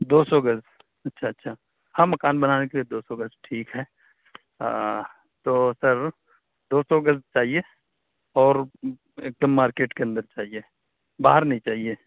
دو سو گز اچھا اچھا ہاں مکان بنانے کے لیے دو سو گز ٹھیک ہے تو سر دو سو گز چاہیے اور ایک دم مارکیٹ کے اندر چاہیے باہر نہیں چاہیے